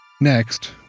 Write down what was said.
Next